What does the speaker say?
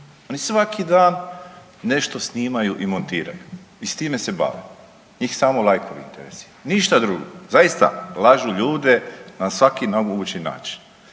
Oni svaki dan nešto snimaju i montiraju i s time se bave, njih samo lajkovi interesiraju, ništa drugo. Zaista lažu ljudi na svaki .../Govornik